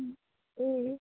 অঁ